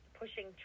pushing